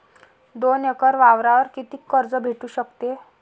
दोन एकर वावरावर कितीक कर्ज भेटू शकते?